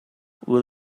will